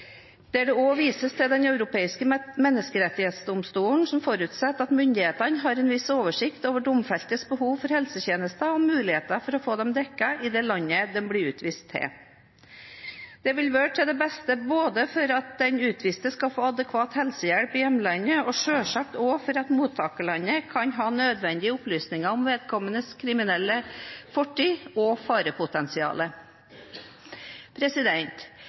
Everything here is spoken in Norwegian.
det også vises til at Den europeiske menneskerettighetsdomstolen forutsetter at myndighetene har en viss oversikt over domfeltes behov for helsetjenester og muligheter for å få dekket disse i det land vedkommende utvises til. Dette vil være til det beste både for at den utviste skal få adekvat helsehjelp i hjemlandet og selvfølgelig også for at mottakerlandet kan ha nødvendige opplysninger om vedkommendes kriminelle fortid og